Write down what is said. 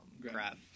grab